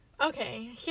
Okay